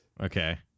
Okay